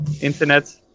internet